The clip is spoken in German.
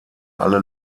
alle